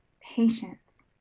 patience